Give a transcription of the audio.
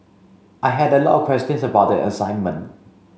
I had a lot questions about the assignment